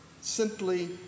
simply